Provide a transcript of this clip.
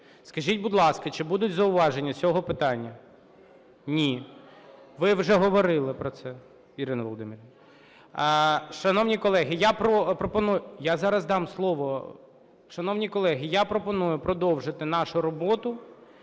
Скажіть, будь ласка, чи будуть зауваження з цього питання? Ні. Ви вже говорили про це, Ірина Володимирівна. Шановні колеги, я пропоную… Я зараз дам слово.